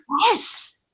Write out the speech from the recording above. yes